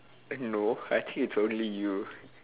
no I think it's only you